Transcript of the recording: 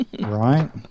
Right